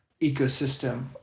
ecosystem